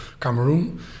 Cameroon